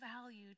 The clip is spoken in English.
value